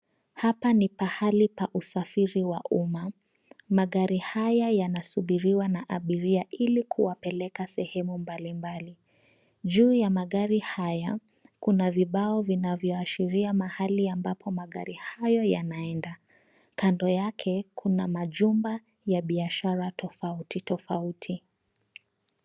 Hapa ni pahali pa usafiri wa umma. Magari haya yanasubiriwa na abiria ili kuwapeleka sehemu mbalimbali. Juu ya magari haya, kuna vibao vinavyoashiria mahali ambapo magari hayo yanenda. Kando yake kuna majumba ya biashara tofauti tofauti.